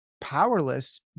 powerless